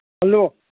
hello